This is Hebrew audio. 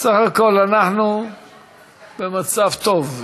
סך הכול, אנחנו במצב טוב.